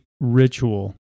ritual